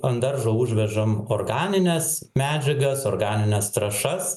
ant daržo užvežam organines medžiagas organines trąšas